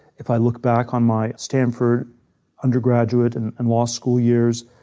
if i look back on my stanford undergraduate and and law school years.